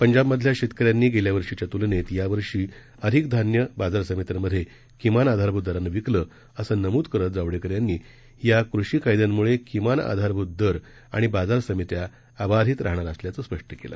पंजाबमधल्याशेतकऱ्यांनीगेल्या वर्षीच्यातूलनेतयावर्षीअधिकधान्यबाजारसमित्यांमध्येकिमानआधारभूतदरानंविकलं असंनमूदकरतजावडेकरयांनी याकृषीकायद्यांमुळेकिमानआधारभूतदरआणिबाजारसमित्याअबाधितराहणारअसल्याचंस्पष्टकेलं